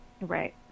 Right